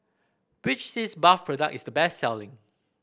which Sitz Bath product is the best selling